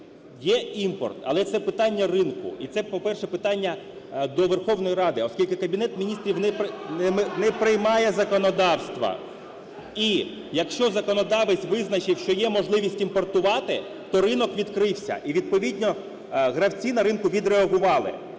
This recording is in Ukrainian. є імпорт, але це питання ринку. І це, по-перше, питання до Верховної Ради, оскільки Кабінет Міністрів не приймає законодавства. І якщо законодавець визначив, що є можливість імпортувати, то ринок відкрився, і відповідно гравці на ринку відреагували.